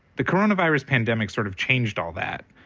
the coronavirus pandemic sort of changed all that.